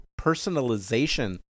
personalization